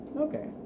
Okay